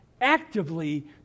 actively